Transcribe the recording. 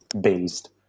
based